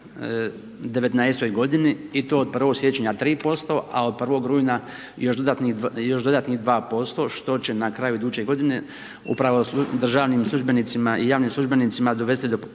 2019. g. i to od 1.1. 3%, a od 1. rujna još dodatnih 2%, što će na kraju iduće g. upravo državnim službenicima i javnim službenicima dovesti do